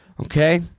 okay